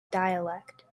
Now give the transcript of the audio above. dialect